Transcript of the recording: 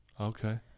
Okay